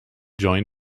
join